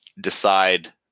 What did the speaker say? decide